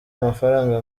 amafaranga